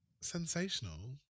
sensational